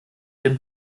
dem